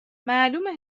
معلومه